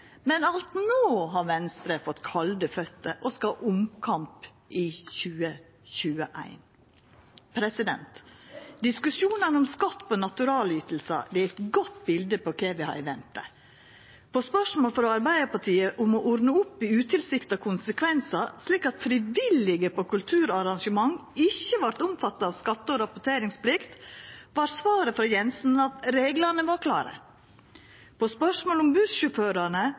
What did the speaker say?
Men alt no har Venstre fått kalde føter, og skal ha omkamp i 2021. Diskusjonen om skatt på naturalytingar er eit godt bilde på kva vi har i vente. På spørsmål frå Arbeidarpartiet om å ordna opp i utilsikta konsekvensar, slik at frivillige på kulturarrangement ikkje vart omfatta av skatte- og rapporteringsplikt, var svaret frå Siv Jensen at reglane var klare. På spørsmålet om